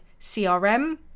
CRM